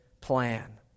plan